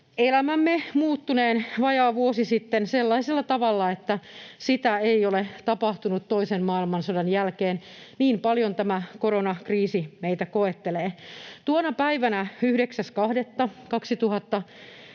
elämämme muuttuneen vajaa vuosi sitten sellaisella tavalla, että sitä ei ole tapahtunut toisen maailmansodan jälkeen, niin paljon tämä koronakriisi meitä koettelee. Tuona päivänä 9.2.2021